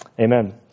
Amen